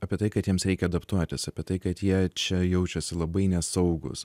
apie tai kad jiems reikia adaptuotis apie tai kad jie čia jaučiasi labai nesaugūs